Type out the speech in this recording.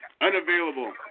unavailable